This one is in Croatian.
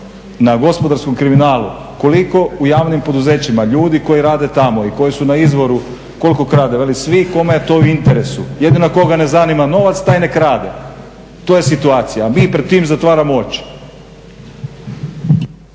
na gospodarskom kriminalu koliko u javnim poduzećima ljudi koji rade tamo i koji su na izvoru koliko krade. Veli, svi kome je to u interesu. Jedino koga ne zanima novac taj ne krade. To je situacija a mi pred time zatvaramo oči.